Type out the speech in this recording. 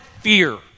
fear